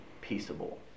peaceable